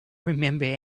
remember